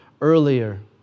earlier